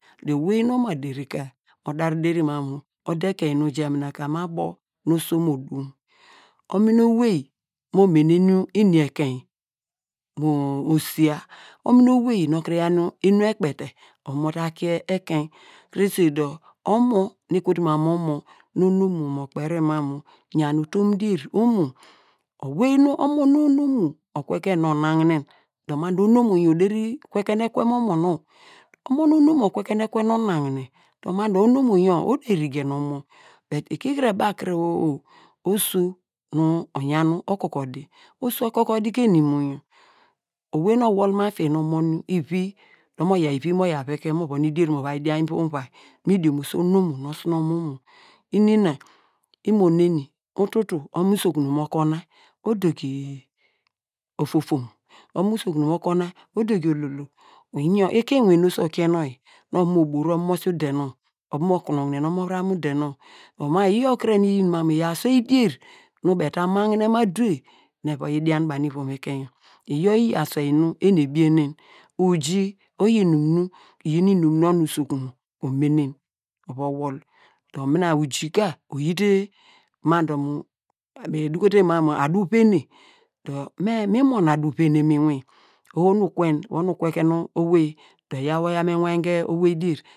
Owei mi oma deri ka mo dar deria mam mu odo ekein nu oja mina ka abo oso nu odum, onuni owey mo mene nu ini ekein mo siya, omini owey me okuru yaw nu emi ekpete oyon mo ta ku ekein krese dor omo nu ekotu mam mo me onomo mo kperi mam mu yau utom dur omo, omo nu onomo okwe ke nu onagne dor onomo yor oderi kwe kenekwe mu omom nonw, omo nu onomo okwe ken ekwe mu onagne dor onomo yor oderi gen omo bed ikiri baw kiri o oso mi ogan okoko di, oso okoko di ke eni imo yor, owey nu owol mu afin nu omon ivi nu mo yaw ivi mo yaw veke nu mo yaw idier mo va yi dian ma icon vvai dor nu mi diomose onomo nu osunomo omo, ini na imaneni, ututu imo usokun mo kuna odogi ofofon, omo usokun mo kuna odogi ololo, oyin iki inwin nu oso okien nu oyi nu ovon mo bora imosi ude nonw, ova mo konogne nu omovram ude nonw, dor iyiyo kre nu inyin ma mu iyor aswei dier nu baw eta magnen mu aduwey nu eva yi dian banu ivom ekein yor, iyor iyi aswei nu em ebinen, iyi oyi inum nu onu ukun omenen ova wol do nina iyi ka oyi te ma dor mu eduko te mam mu adu venem dor mu eduko te mam mu adu venem dor me mi mon asu venem mu inwin oho nu ukwen, oho nu ukwe ke nu owei dor eyaw wor von me wayn ke owey dier